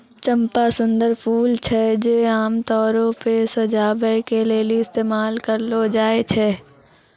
चंपा सुंदर फूल छै जे आमतौरो पे सजाबै के लेली इस्तेमाल करलो जाय छै